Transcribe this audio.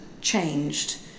changed